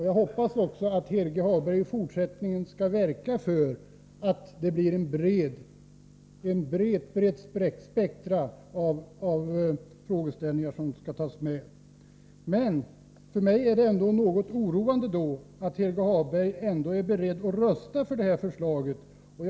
Jag hoppas att Helge Hagberg i fortsättningen skall verka för att det blir ett brett spektra av frågeställningar som man tar hänsyn till. För mig är det något oroande att Helge Hagberg ändå är beredd att rösta för utskottsmajoritetens förslag.